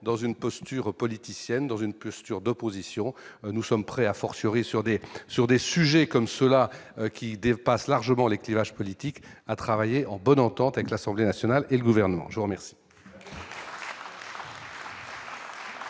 dans une posture politicienne dans une plus dure d'opposition, nous sommes prêts à fortiori sur des sur des sujets comme cela qui dépasse largement les clivages politiques à travailler en bonne entente avec l'Assemblée nationale et le gouvernement, je remercie.